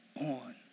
on